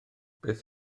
beth